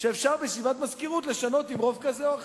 שאפשר בישיבת המזכירות לשנות עם רוב כזה או אחר.